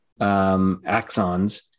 axons